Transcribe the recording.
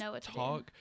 talk